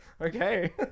Okay